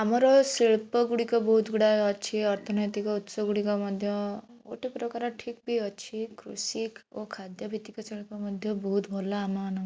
ଆମର ଶିଳ୍ପ ଗୁଡ଼ିକ ବହୁତ ଗୁଡ଼ାଏ ଅଛି ଅର୍ଥନୈତିକ ଉତ୍ସ ଗୁଡ଼ିକ ମଧ୍ୟ ଗୋଟେ ପ୍ରକାର ଠିକ ବି ଅଛି କୃଷି ଓ ଖାଦ୍ୟ ଭିତ୍ତିକ ଶିଳ୍ପ ମଧ୍ୟ ବହୁତ ଭଲ ଆମ ମାନଙ୍କର